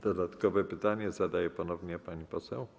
Dodatkowe pytanie zadaje ponownie pani poseł?